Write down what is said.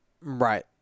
Right